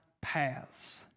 paths